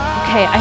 okay